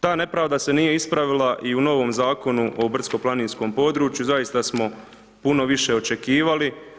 Ta nepravda se nije ispravila i u novom zakonu o brdsko-planinskom području, zaista smo puno više očekivali.